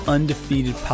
Undefeated